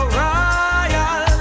royal